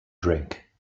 drink